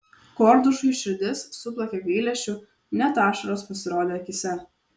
kordušui širdis suplakė gailesčiu net ašaros pasirodė akyse